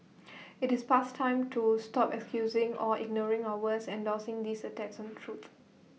IT is past time to stop excusing or ignoring or worse endorsing these attacks on truth